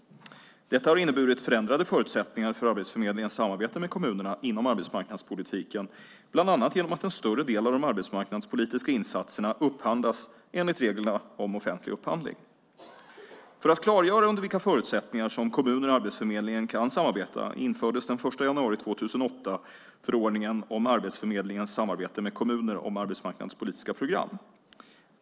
Detta har inneburit förändrade förutsättningar för Arbetsförmedlingens samarbete med kommunerna inom arbetsmarknadspolitiken, bland annat genom att en större del av de arbetsmarknadspolitiska insatserna upphandlas enligt reglerna om offentlig upphandling. För att klargöra under vilka förutsättningar som kommuner och Arbetsförmedlingen kan samarbeta infördes den 1 januari 2008 förordningen om Arbetsförmedlingens samarbete med kommuner om arbetsmarknadspolitiska program.